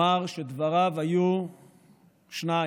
אומר שדבריו היו שניים: